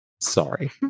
Sorry